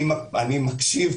אני מקשיב.